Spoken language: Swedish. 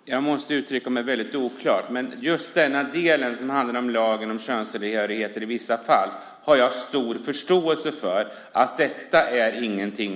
Fru talman! Jag måste ha uttryckt mig väldigt oklart. Just när det gäller den del som handlar om lagen om könstillhörighet i vissa fall har jag stor förståelse för att detta inte